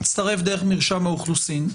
תצטרף דרך מרשם האוכלוסין.